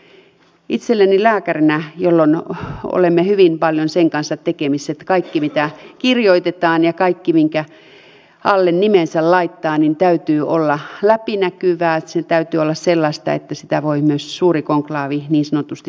itse lääkärinä olen ja lääkärit ovat hyvin paljon sen kanssa tekemisissä että kaiken mitä kirjoitetaan ja kaiken minkä alle nimensä laittaa täytyy olla läpinäkyvää eli täytyy olla sellaista että sitä voi myös suuri konklaavi niin sanotusti tarkastella